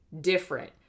Different